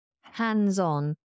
hands-on